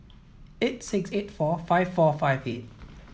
eight six eight four five four five eight